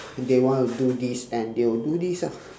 they want to do this and they will do this ah